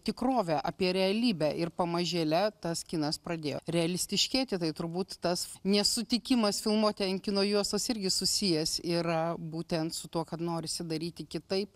tikrovę apie realybę ir pamažėle tas kinas pradėjo realistiškėti tai turbūt tas nesutikimas filmuoti ant kino juostos irgi susijęs yra būtent su tuo kad norisi daryti kitaip